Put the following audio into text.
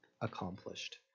accomplished